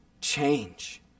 change